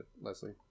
Leslie